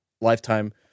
lifetime